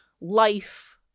life